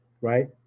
right